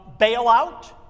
bailout